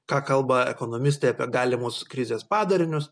ką kalba ekonomistai apie galimus krizės padarinius